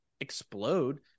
explode